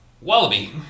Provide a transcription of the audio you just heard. Wallaby